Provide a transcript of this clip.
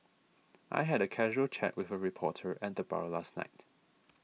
I had a casual chat with a reporter at the bar last night